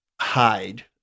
hide